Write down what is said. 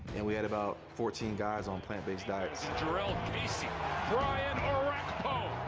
and we had about fourteen guys on plant-based diets. jurrell casey. brian orakpo!